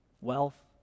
wealth